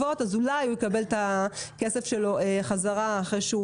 להחזיר והוא אולי יקבל את הכסף שלו בחזרה אחרי שהוא